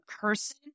person